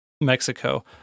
mexico